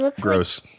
gross